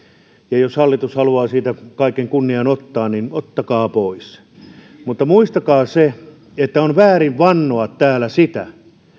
ja jos hallitus haluaa siitä kaiken kunnian ottaa niin ottakaa pois mutta muistakaa se että on väärin vannoa täällä sitä